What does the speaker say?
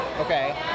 Okay